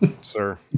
sir